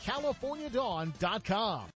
CaliforniaDawn.com